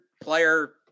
player